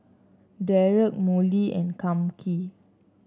Derrek Molly and Kami